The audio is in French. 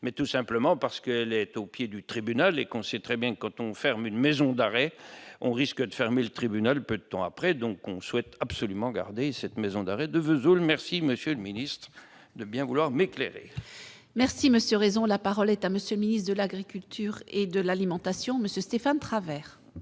mais tout simplement parce que l'État, au pied du tribunal et qu'on sait très bien quand on ferme une maison d'arrêt, on risque de fermer le tribunal, peu de temps après, donc on souhaite absolument garder cette maison d'arrêt de Vesoul, merci Monsieur le Ministre, de bien vouloir m'éclairer. Merci monsieur raison : la parole est à monsieur ministre de l'Agriculture et de l'alimentation Monsieur. Stéphane Travert.